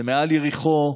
זה מעל יריחו,